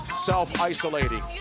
self-isolating